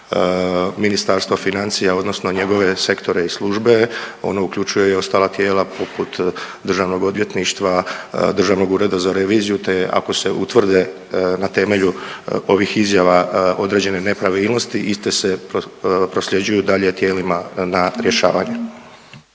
Ministarstvo financija odnosno njegove sektore i službe. Ono uključuje i ostala tijela poput Državnog odvjetništva, Državnog ureda za reviziju te, ako se utvrde na temelju ovih izjava određene nepravilnosti, iste se prosljeđuju dalje tijelima na rješavanje.